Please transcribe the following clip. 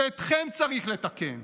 שאתכם צריך לתקן.